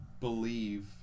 believe